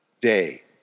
day